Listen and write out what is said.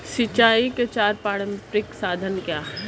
सिंचाई के चार पारंपरिक साधन क्या हैं?